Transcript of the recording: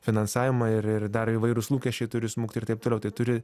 finansavimą ir ir dar įvairūs lūkesčiai turi smukt ir taip toliau tai turi